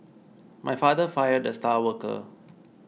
my father fired the star worker